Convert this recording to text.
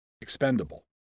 expendable